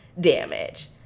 damage